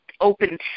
open